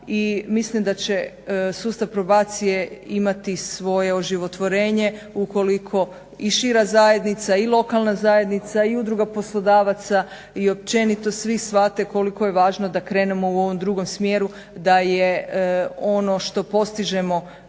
mislim da će sustav probacije imati svoje oživotvorenje ukoliko i šira zajednica i lokalna zajednica i Udruga poslodavaca i općenito svi shvate koliko je važno da krenemo u ovom drugom smjeru da je ono što postižemo